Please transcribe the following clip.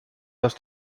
dass